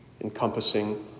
encompassing